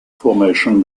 formation